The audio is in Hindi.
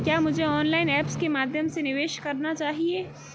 क्या मुझे ऑनलाइन ऐप्स के माध्यम से निवेश करना चाहिए?